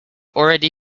already